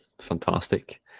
Fantastic